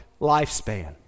lifespan